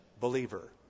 believer